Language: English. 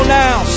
now